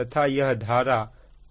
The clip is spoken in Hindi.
तथा यह धारा Ia1 है